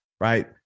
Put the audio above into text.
Right